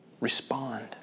Respond